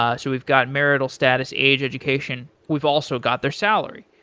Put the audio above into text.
ah so we've got marital status, age, education, we've also got their salary.